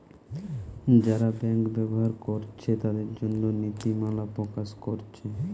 যারা ব্যাংক ব্যবহার কোরছে তাদের জন্যে নীতিমালা প্রকাশ কোরছে